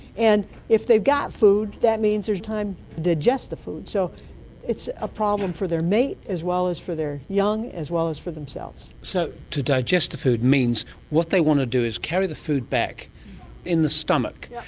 and if they've got food that means there's time to digest the food. so it's a problem for their mate, as well as for their young, as well as for themselves. so to digest the food means what they want to do is carry the food back in the stomach,